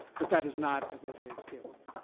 but that is not, as they say, scalable.